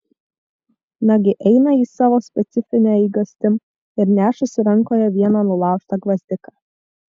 nagi eina jis savo specifine eigastim ir nešasi rankoje vieną nulaužtą gvazdiką